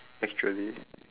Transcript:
actually